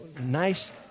Nice